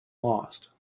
lost